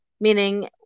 meaning